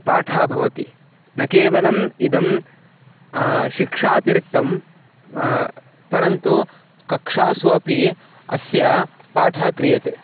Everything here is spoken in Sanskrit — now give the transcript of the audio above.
पाठः भवति न केवलम् इदं शिक्षातिरिक्तं परन्तु कक्षासु अपि अस्य पाठः क्रियते